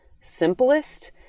simplest